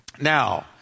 Now